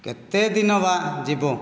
କେତେ ଦିନ ବା ଯିବ